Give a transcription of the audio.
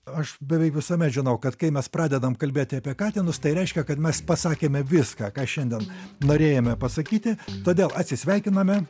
aš beveik visuomet žinau kad kai mes pradedam kalbėti apie katinus tai reiškia kad mes pasakėme viską ką šiandien norėjome pasakyti todėl atsisveikiname